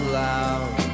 loud